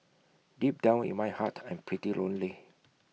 deep down in my heart I'm pretty lonely